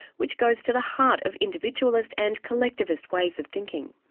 which goes to the heart of individualist and collectivist ways of thinking.